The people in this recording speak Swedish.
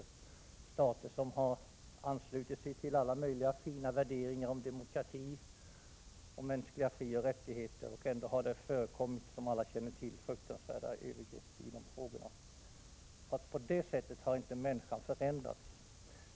Det gäller stater som har anslutit sig till alla möjliga fina värderingar om demokrati och mänskliga frioch rättigheter — och ändå har det, som alla känner till, förekommit fruktansvärda övergrepp. På det sättet har inte människan förändrats.